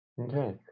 Okay